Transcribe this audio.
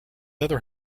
other